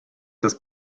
das